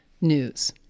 news